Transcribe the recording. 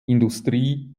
industrie